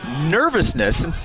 nervousness